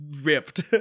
ripped